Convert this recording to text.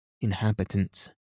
inhabitants